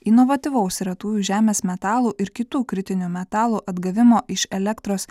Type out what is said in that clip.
inovatyvaus retųjų žemės metalų ir kitų kritinių metalų atgavimo iš elektros